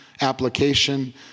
Application